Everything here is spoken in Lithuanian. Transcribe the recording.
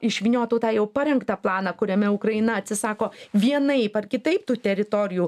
išvyniotų tą jau parengtą planą kuriame ukraina atsisako vienaip ar kitaip tų teritorijų